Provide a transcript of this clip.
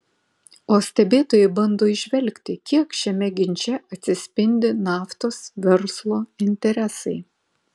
o stebėtojai bando įžvelgti kiek šiame ginče atsispindi naftos verslo interesai